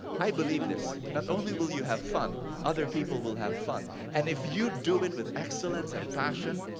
i believe this, not only will you have fun, other people will have fun. and if you do it with excellence and passion,